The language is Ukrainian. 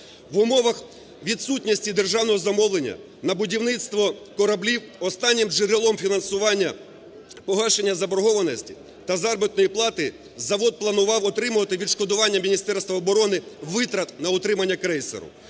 В умовах відсутності державного замовлення на будівництво кораблів останнім джерелом фінансування погашення заборгованості та заробітної плати завод планував отримувати відшкодування Міністерство оборони витрат на утримання крейсеру.